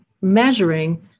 measuring